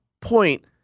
point